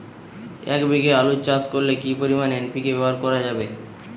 এক বিঘে আলু চাষ করলে কি পরিমাণ এন.পি.কে ব্যবহার করা যাবে?